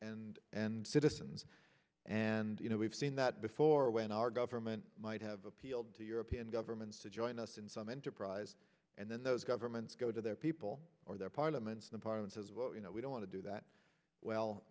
and and citizens and you know we've seen that before when our government might have appealed to european governments to join us in some enterprise and then those governments go to their people or their parliaments the parliament says you know we don't want to do that well